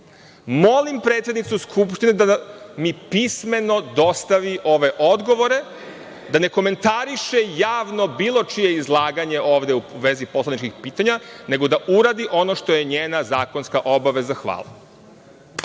Molim predsednicu Skupštine da mi pismeno dostavi ove odgovore, da ne komentariše javno bilo čije izlaganje ovde u vezi poslaničkih pitanja, nego da uradi ono što je njena zakonska obaveza. Hvala.